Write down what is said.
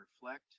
reflect